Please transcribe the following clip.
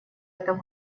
этом